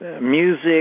music